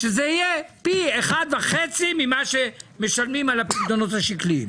שזה יהיה פי 1.5 ממה שמשלמים על הפיקדונות השקליים?